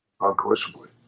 Unquestionably